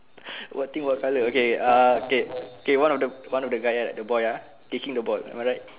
what thing what colour okay ah K K one of the one of the guy ah the boy uh kicking the ball am I right